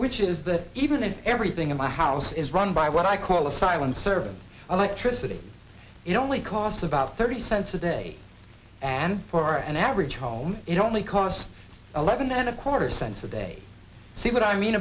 which is that even if everything in my house is run by what i call a silent servant electricity it only costs about thirty cents a day and for an average home it only costs eleven and a quarter cents a day see what i mean